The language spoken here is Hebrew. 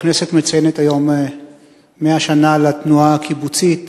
הכנסת מציינת היום 100 שנה לתנועה הקיבוצית.